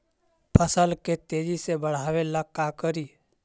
फसल के तेजी से बढ़ाबे ला का करि?